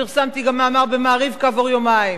פרסמתי גם מאמר ב"מעריב" כעבור יומיים.